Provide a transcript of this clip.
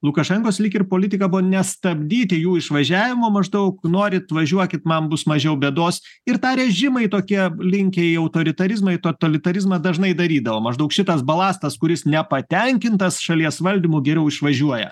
lukašenkos lyg ir politika buvo nestabdyti jų išvažiavimo maždaug norit važiuokit man bus mažiau bėdos ir tą režimai tokie linkę į autoritarizmą į totalitarizmą dažnai darydavo maždaug šitas balastas kuris nepatenkintas šalies valdymu geriau išvažiuoja